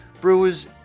Brewers